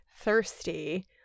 thirsty